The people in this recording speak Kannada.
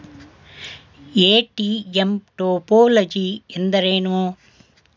ಎ.ಟಿ.ಎಂ ಟೋಪೋಲಜಿ ಎಂದರೇನು?